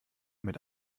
mit